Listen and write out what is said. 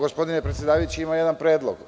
Gospodine predsedavajući, imam jedan predlog.